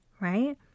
right